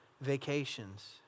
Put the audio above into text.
Vacations